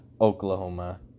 Oklahoma